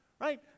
right